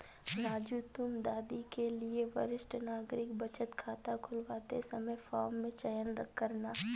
राजू तुम दादी के लिए वरिष्ठ नागरिक बचत खाता खुलवाते समय फॉर्म में चयन करना